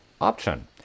option